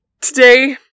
Today